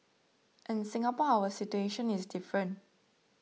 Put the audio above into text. in Singapore our situation is different